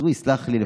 אז הוא יסלח לי.